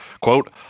Quote